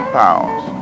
pounds